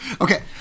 Okay